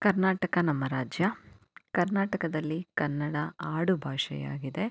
ಕರ್ನಾಟಕ ನಮ್ಮ ರಾಜ್ಯ ಕರ್ನಾಟಕದಲ್ಲಿ ಕನ್ನಡ ಆಡುಭಾಷೆಯಾಗಿದೆ